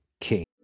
King